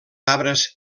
arbres